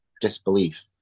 disbelief